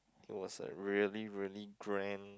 it was a really really grand